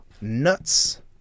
nuts